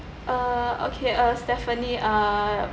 uh okay uh stephanie uh